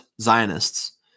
zionists